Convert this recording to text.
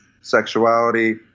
sexuality